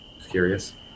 curious